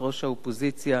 יושבת-ראש האופוזיציה,